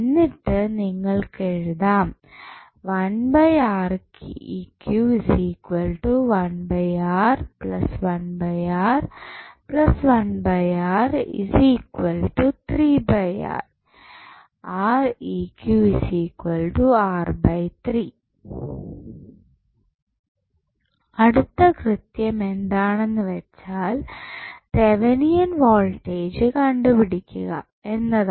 എന്നിട്ട് നിങ്ങൾക്ക് എഴുതാം അടുത്ത കൃത്യം എന്താണെന്ന് വെച്ചാൽ തെവനിയൻ വോൾട്ടേജ് കണ്ടുപിടിക്കുക എന്നതാണ്